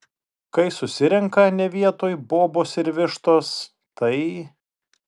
kai susirenka ne vietoj bobos ir vištos tai